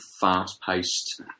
fast-paced